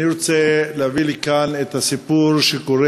אני רוצה להביא לכאן את הסיפור שקורה